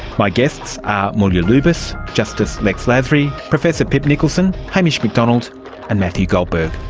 my guests are mulya lubis, justice lex lasry, professor pip nicholson, hamish mcdonald and matthew goldberg.